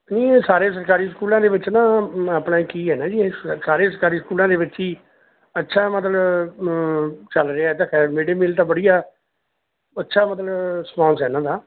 ਨਹੀਂ ਇਹ ਸਾਰੇ ਸਰਕਾਰੀ ਸਕੂਲਾਂ ਦੇ ਵਿੱਚ ਨਾ ਮ ਆਪਣਾ ਕੀ ਹੈ ਨਾ ਜੀ ਇਹ ਸ ਸਾਰੇ ਸਰਕਾਰੀ ਸਕੂਲਾਂ ਦੇ ਵਿੱਚ ਹੀ ਅੱਛਾ ਮਤਲਬ ਚੱਲ ਰਿਹਾ ਇਹ ਤਾਂ ਖੈਰ ਮਿਡਡੇ ਮੀਲ ਤਾਂ ਵਧੀਆ ਅੱਛਾ ਮਤਲਬ ਰਿਸਪੋਂਸ ਹੈ ਇਹਨਾਂ ਦਾ